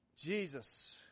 Jesus